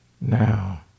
now